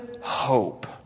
hope